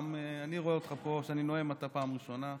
אני רואה אותך פה כשאני נואם, אתה פעם ראשונה.